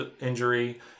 injury